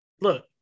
look